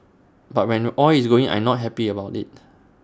but when oil is going in I'm not happy about that